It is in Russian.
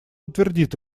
утвердит